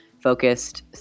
focused